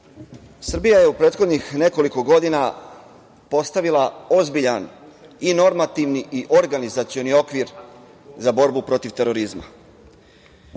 Srbija je u prethodnih nekoliko godina postavila ozbiljan i normativni i organizacioni okvir za borbu protiv terorizma.